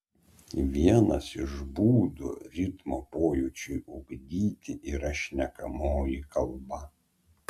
vienas iš būdų ritmo pojūčiui ugdyti yra šnekamoji kalba